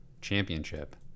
championship